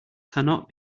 cannot